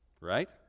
Right